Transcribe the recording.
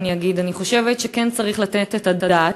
אני אגיד: אני חושבת שכן צריך לתת את הדעת,